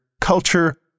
culture